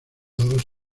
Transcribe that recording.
dos